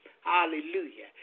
Hallelujah